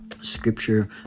scripture